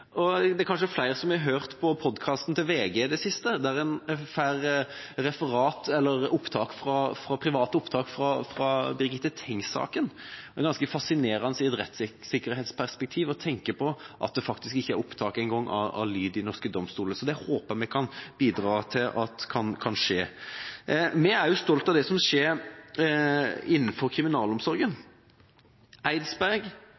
viktig. Det er kanskje flere har hørt på podcast-en til VG i det siste, der en kan høre private opptak fra Birgitte Tengs-saken. Det er ganske fascinerende i et rettssikkerhetsperspektiv å tenke på at det ikke er lydopptak engang i norske domstoler. Vi håper å kunne bidra til at det kan skje. Vi er også stolte av det som skjer innenfor kriminalomsorgen. Eidsberg